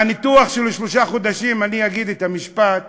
מהניתוח של שלושה חודשים אני אגיד את המשפט